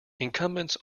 incumbents